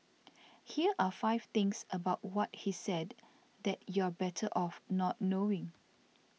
here are five things about what he said that you're better off not knowing